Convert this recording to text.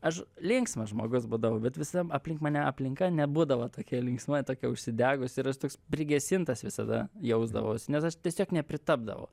aš linksmas žmogus būdavau bet visi aplink mane aplinka nebūdavo tokia linksma tokia užsidegus ir aš toks prigesintas visada jausdavaus nes aš tiesiog nepritapdavau